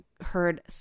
heard